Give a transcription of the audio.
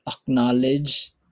acknowledge